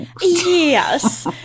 Yes